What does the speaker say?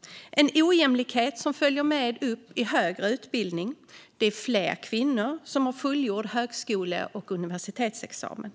Detta är en ojämlikhet som följer med upp i högre utbildning. Det är fler kvinnor som har en fullgjord högskole eller universitetsexamen.